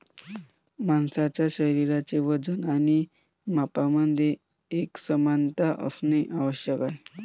माणसाचे शरीराचे वजन आणि मापांमध्ये एकसमानता असणे आवश्यक आहे